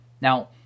Now